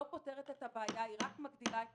לא פותר את הבעיה אלא רק מגדיל את התסכול.